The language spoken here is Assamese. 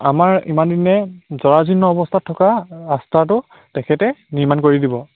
আমাৰ ইমান দিনে জৰাজীৰ্ণ অৱস্থাত থকা ৰাস্তাটো তেখেতে নিৰ্মাণ কৰি দিব